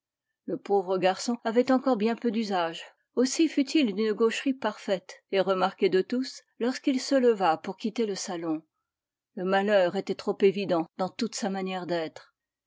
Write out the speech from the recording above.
le pauvre garçon avait encore bien peu d'usage aussi fut-il d'une gaucherie parfaite et remarquée de tous lorsqu'il se leva pour quitter le salon le malheur était trop évident dans toute sa manière d'être